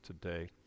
today